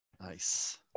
Nice